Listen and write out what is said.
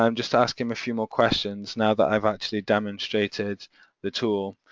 um just ask him a few more questions now that i've actually demonstrated the tool